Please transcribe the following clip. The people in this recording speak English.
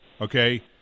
okay